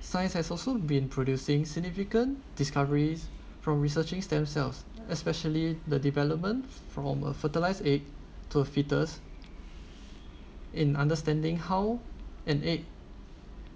science has also been producing significant discoveries from researching stem cells especially the development from a fertilized egg to fetus in understanding how an egg